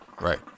Right